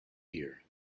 here